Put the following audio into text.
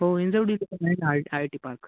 हो Hinjawadi I I T park